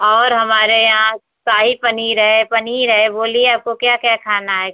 और हमारे यहाँ शाही पनीर है पनीर है बोलिए आपको क्या क्या खाना है